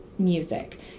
music